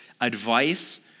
advice